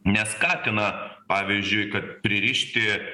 neskatina pavyzdžiui kad pririšti